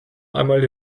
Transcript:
einmal